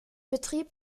betrieb